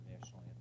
national